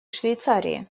швейцарии